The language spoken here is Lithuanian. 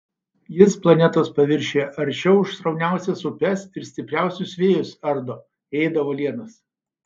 jis planetos paviršiuje aršiau už srauniausias upes ir stipriausius vėjus ardo ėda uolienas